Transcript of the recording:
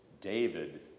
David